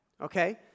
okay